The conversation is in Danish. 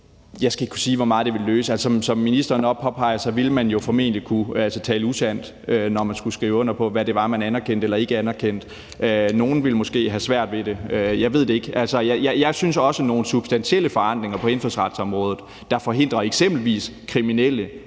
Jeg skal ikke kunne sige, hvor meget det ville løse, hvis det blev vedtaget. Altså, som ministeren også påpeger, ville man jo formentlig kunne tale usandt, når man skulle skrive under på, hvad det var, man anerkendte eller ikke anerkendte. Nogle ville måske have svært ved det. Jeg ved det ikke. Jeg synes også, at nogle substantielle forandringer på indsatsområdet, der forhindrer eksempelvis kriminelle,